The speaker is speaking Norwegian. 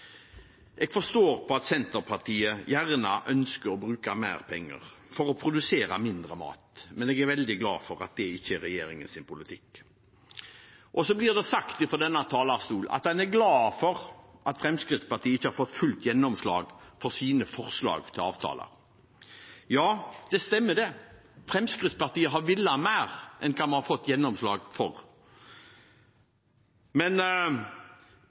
Jeg forstår at Senterpartiet ønsker å bruke mer penger for å produsere mindre mat, men jeg er veldig glad for at det ikke er regjeringens politikk. Så blir det sagt fra denne talerstolen at en er glad for at Fremskrittspartiet ikke har fått fullt gjennomslag for sine forslag til avtaler. Ja, det stemmer, det – Fremskrittspartiet har villet mer enn vi har fått gjennomslag for. Men